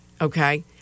Okay